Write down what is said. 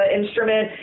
instrument